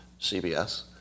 CBS